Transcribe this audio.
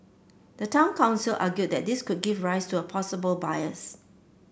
the town council argued that this could give rise to a possible bias